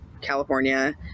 California